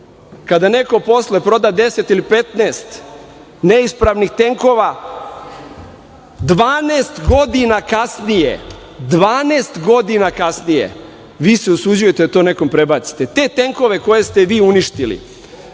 kada neko posle proda 10 ili 15 neispravnih tenkova 12 godina kasnije, vi se usuđujete da to nekome prebacite. Te tenkove koje ste vi uništili,